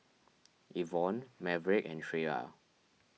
Yvonne Maverick and Shreya